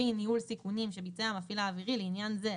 לפי ניהול סיכונים שביצע המפעיל האווירי לעניין זה,